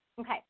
okay